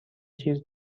چیز